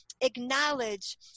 acknowledge